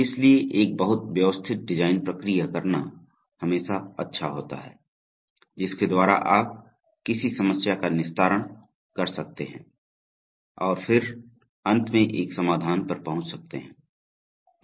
इसलिए एक बहुत व्यवस्थित डिजाइन प्रक्रिया करना हमेशा अच्छा होता है जिसके द्वारा आप किसी समस्या का निस्तारण कर सकते हैं और फिर अंत में एक समाधान पर पहुंच सकते हैं